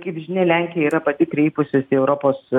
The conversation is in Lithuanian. kaip žinia lenkija yra pati kreipusis į europos